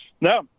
no